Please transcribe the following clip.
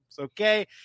Okay